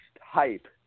hype